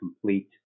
complete